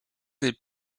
des